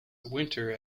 winter